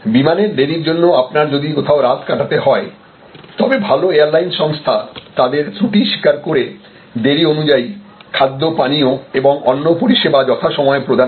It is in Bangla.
বিমানের দেরির জন্য আপনার যদি কোথাও রাত কাটাতে হয় তবে ভালো এয়ারলাইনস সংস্থা তাদের ত্রুটি স্বীকার করে দেরি অনুযায়ী খাদ্য পানীয় এবং অন্য পরিষেবা যথাসময়ে প্রদান করে